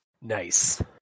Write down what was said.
Nice